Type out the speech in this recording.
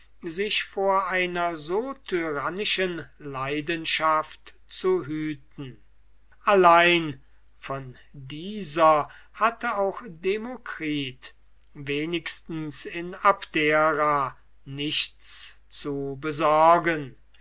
sich vor einer so tyrannischen leidenschaft zu hüten allein von dieser hatte auch demokritus wenigstens in abdera nichts zu besorgen